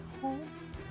home